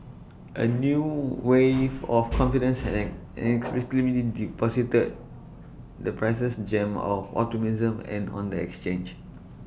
A new wave of confidence had an an inexplicably deposited the prices gem of optimism and on the exchange